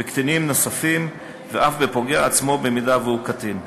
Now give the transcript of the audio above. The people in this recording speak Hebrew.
בקטינים נוספים ואף בפוגע עצמו, אם הוא קטין.